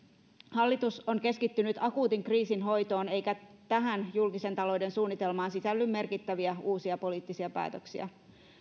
hallitus on keskittynyt akuutin kriisin hoitoon eikä tähän julkisen talouden suunnitelmaan sisälly merkittäviä uusia poliittisia päätöksiä